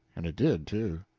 and it did, too.